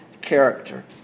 character